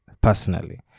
personally